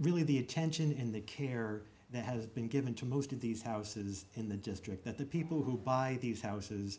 really the attention in the care that has been given to most of these houses in the district that the people who buy these houses